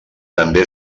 també